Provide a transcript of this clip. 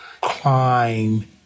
climb